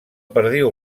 perdiu